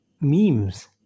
memes